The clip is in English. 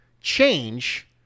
change